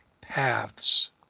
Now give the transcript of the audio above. paths